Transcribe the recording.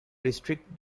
restrict